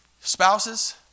Spouses